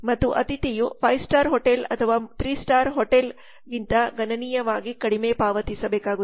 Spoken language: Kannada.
ಮತ್ತು ಅತಿಥಿಯು 5 ಸ್ಟಾರ್ ಹೋಟೆಲ್ ಅಥವಾ 3 ಸ್ಟಾರ್ ಹೋಟೆಲ್ಗಿಂತ ಗಣನೀಯವಾಗಿ ಕಡಿಮೆ ಪಾವತಿಸಬೇಕಾಗುತ್ತದೆ